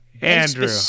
Andrew